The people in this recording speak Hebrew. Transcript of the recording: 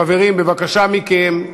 חברים, בבקשה מכם.